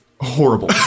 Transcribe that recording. horrible